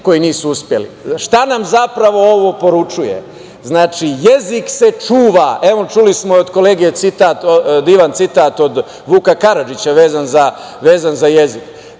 koji nisu uspeli. Šta nam zapravo ovo poručuje? Znači, jezik se čuva. Evo, čuli smo od kolege divan citat od Vuka Karadžića vezan za jezik,